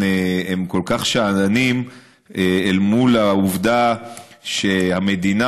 כל כך שאננים אל מול העובדה שהמדינה,